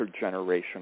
intergenerational